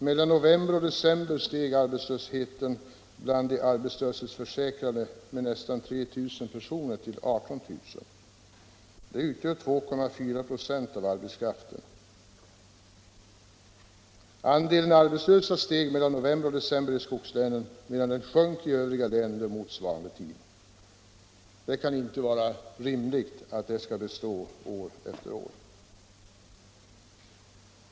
Mellan november och december steg antalet arbetslösa bland de arbetslöshetsförsäkrade med nästan 3 000 personer till 18 000. Det är 2,4 96 av arbetskraften. Andelen arbetslösa steg mellan november och december i skogslänen medan den sjönk i övriga län under motsvarande tid. Det kan inte vara rimligt att detta skall bestå år efter år.